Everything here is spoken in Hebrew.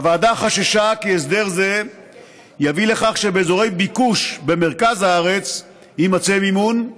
הוועדה חששה כי הסדר זה יביא לכך שבאזורי ביקוש במרכז הארץ יימצא מימון,